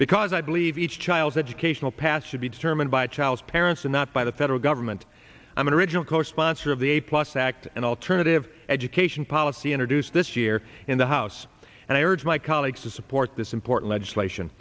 because i believe each child's educational past should be determined by child's parents and not by the federal government i'm an original co sponsor of the a plus act and alternative education policy introduced this year in the house and i urge my colleagues to support this important legislation